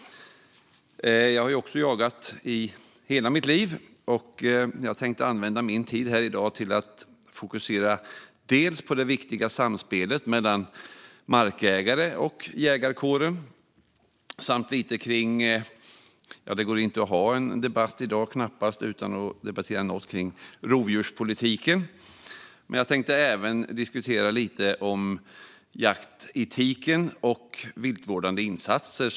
Jag har också jagat i hela mitt liv, och jag tänkte använda min tid i dag till att fokusera bland annat på det viktiga samspelet mellan markägare och jägarkåren. Det går inte att ha en debatt i dag utan att debattera rovdjurspolitiken. Jag tänkte även diskutera jaktetiken och viltvårdande insatser.